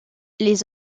les